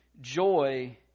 joy